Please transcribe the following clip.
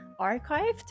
archived